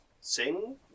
sing